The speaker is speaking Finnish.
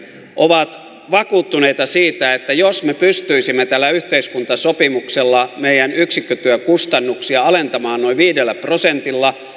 ovat vakuuttuneita siitä että jos me pystyisimme tällä yhteiskuntasopimuksella meidän yksikkötyökustannuksiamme alentamaan noin viidellä prosentilla